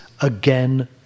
again